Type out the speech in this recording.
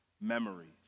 memories